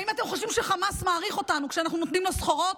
האם אתם חושבים שחמאס מעריך אותנו כשאנחנו נותנים לו סחורות?